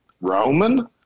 Roman